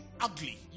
ugly